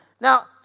Now